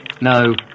No